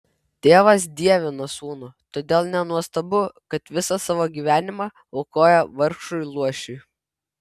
tėvas dievina sūnų todėl nenuostabu kad visą savo gyvenimą aukoja vargšui luošiui